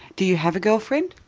do you have a girlfriend?